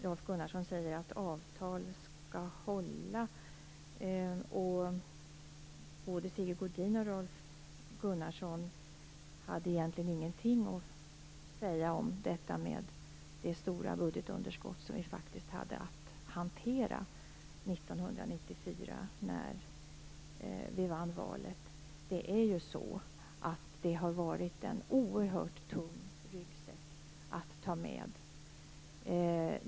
Rolf Gunnarsson talade om att avtal skall hållas. Varken Sigge Godin eller Rolf Gunnarsson sade någonting om det stora budgetunderskott som regeringen hade att hantera 1994 då vi vann valet. Det har varit en oerhört tung ryggsäck att släpa med sig.